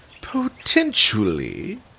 Potentially